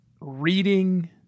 reading